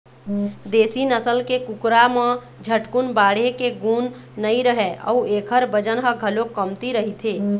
देशी नसल के कुकरा म झटकुन बाढ़े के गुन नइ रहय अउ एखर बजन ह घलोक कमती रहिथे